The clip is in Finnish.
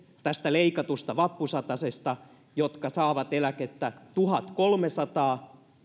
tästä leikatusta vappusatasesta tulevat saamaan ne jotka saavat eläkettä tuhatkolmesataa